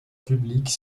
publique